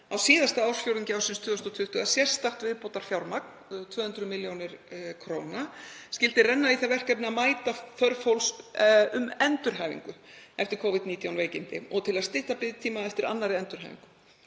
á síðasta ársfjórðungi ársins 2020 að sérstakt viðbótarfjármagn, 200 millj. kr., skyldi renna í það verkefni að mæta þörf fólks um endurhæfingu eftir Covid-19 veikindi og til að stytta biðtíma eftir annarri endurhæfingu.